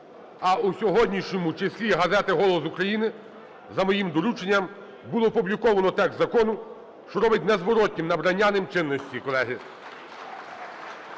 А у сьогоднішньому числі газети "Голос України" за моїм дорученням було опубліковано текст закону, що робить незворотнім набрання ним чинності, колеги.